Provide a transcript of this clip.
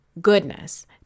goodness